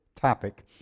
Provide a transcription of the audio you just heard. topic